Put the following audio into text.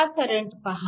हा करंट पहा